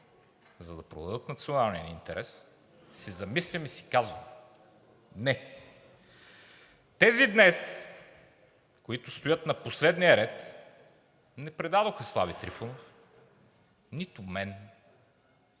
за да продадат националния интерес, се замислям и си казвам: „Не!“ Тези днес, които стоят на последния ред, не предадоха Слави Трифонов, нито мен,